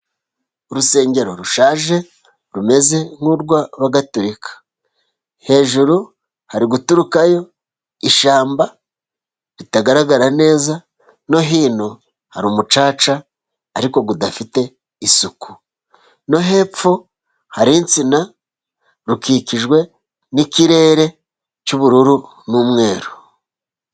Urusengero rushaje rumeze nk'urwabagaturika hejuru hari guturukayo ishyamba ritagaragara neza, no hino hari umucaca ariko udafite isuku no hepfo hari insina rukikijwe n'ikirere cy'ubururu n'umweru.